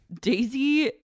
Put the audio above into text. daisy